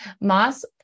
moss